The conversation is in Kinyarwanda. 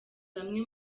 bamwe